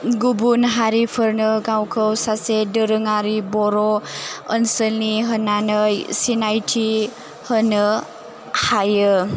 गुबुन हारिफोरनो गावखौ सासे दोहोरोङारि बर' ओनसोलनि होननानै सिनायथि होनो हायो